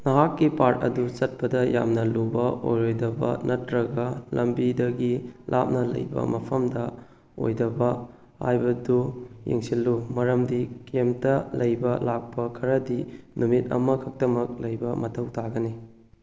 ꯅꯍꯥꯛꯀꯤ ꯄꯥꯔꯠ ꯑꯗꯨ ꯆꯠꯄꯗ ꯌꯥꯝꯅ ꯂꯨꯕ ꯑꯣꯏꯔꯣꯏꯗꯕ ꯅꯠꯇ꯭ꯔꯒ ꯂꯝꯕꯤꯗꯒꯤ ꯂꯥꯞꯅ ꯂꯩꯕ ꯃꯐꯝꯗ ꯑꯣꯏꯗꯕ ꯍꯥꯏꯕꯗꯨ ꯌꯦꯡꯁꯜꯂꯨ ꯃꯔꯝꯗꯤ ꯀꯦꯝꯇ ꯂꯩꯕ ꯂꯥꯛꯄ ꯈꯔꯗꯤ ꯅꯨꯃꯤꯠ ꯑꯃꯈꯛꯇꯃꯛ ꯂꯩꯕ ꯃꯊꯧ ꯇꯥꯒꯅꯤ